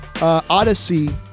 Odyssey